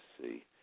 see